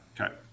Okay